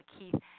Keith